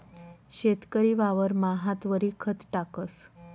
शेतकरी वावरमा हातवरी खत टाकस